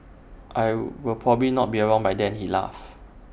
I will probably not be around by then he laughed